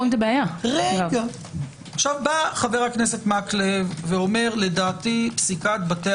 חבר הכנסת מקלב אומר: לדעתי פסיקת בתי